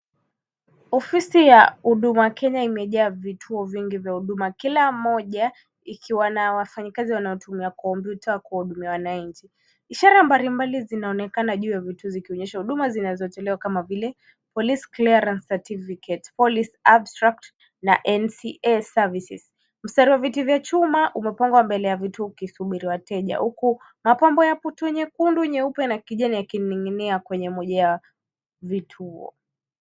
Ofisi ya huduma Kenya imejaa vituo vingi vya huduma kila moja ikiwa na wafanyikazi wanaotumia komputa kuwahudumia wananchi. Ishara mbalimbali zinaonekana juu ya vituo zikionyesha huduma zinatolewa kama vile Police Clearance Certificate, Police Abstract na NCA Services. Mstari wa viti vya chuma umepangwa mbele ya vituo vikisubiri wateja huku mapambo ya puto nyekundu, nyeupe na kijani yakining'inia kwenye moja ya vituo.